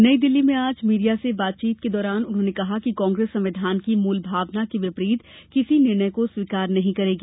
नई दिल्ली में आज मीडिया से बातचीत के दौरान उन्होंने कहा कि कांग्रेस संविधान की मूलभावना के विपरीत किसी निर्णय को स्वीकार नहीं करेगी